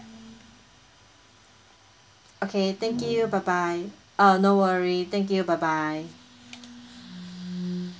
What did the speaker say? okay thank you bye bye ah no worry thank you bye bye